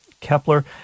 Kepler